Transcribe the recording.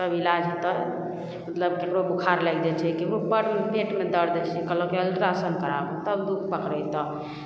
तब इलाज हेतऽ मतलब ककरो बोखार लागि जाए छै ककरो बड़ जोर पेटमे दरद छै कहलक जे अल्ट्रासाउण्ड कराबऽ तब दुख पकड़ेतऽ